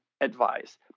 advice